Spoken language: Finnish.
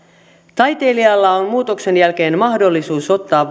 taiteilijalla on muutoksen jälkeen mahdollisuus ottaa